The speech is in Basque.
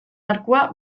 arkua